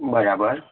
બરાબર